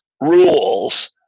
rules